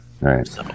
right